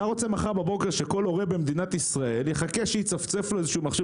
אתה רוצה שמחר בבוקר כל הורה במדינת ישראל יחכה שיצפצף לו איזשהו מכשיר?